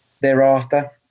thereafter